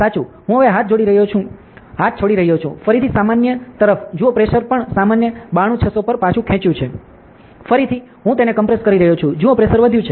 હું હવે હાથ છોડી રહ્યો છું ફરીથી સામાન્ય તરફ જુઓ પ્રેશર પણ સામાન્ય 92600 પર પાછું ખેંચ્યું છે ફરીથી હું તેને કોમ્પ્રેસ કરી રહ્યો છું જુઓ પ્રેશર વધ્યું છે બરાબર